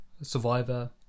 survivor